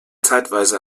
zeitweise